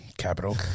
Capital